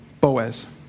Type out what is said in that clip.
Boaz